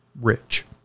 rich